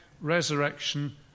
resurrection